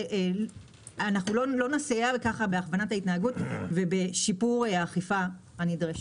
ככה לא נסייע בהכוונת התנהגות ובשיפור האכיפה הנדרשת.